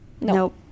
Nope